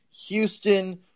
Houston